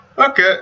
Okay